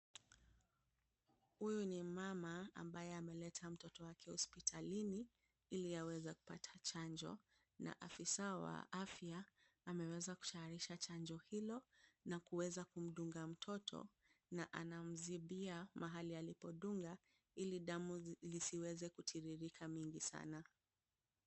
Huyu ni mmama ambaye ameleta mtoto wake hospitalini, ili aweze kupata chanjo na afisa wa afya ameweza kutayarisha chanjo hilo na kuweza kumdunga mtoto na anamzibia mahali alipodunga, ili damu lisiweze kutiririka mingi sana.